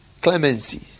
Clemency